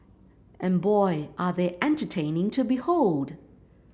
and boy are they entertaining to behold